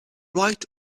right